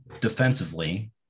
defensively